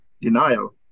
denial